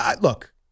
Look